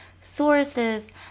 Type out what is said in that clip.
sources